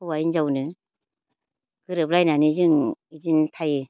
हौवा हिनजावनो गोरोबलायनानै जों इदिनो थायो